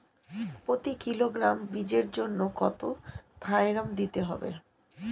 প্রতি কিলোগ্রাম বীজের জন্য কত থাইরাম দিতে হবে?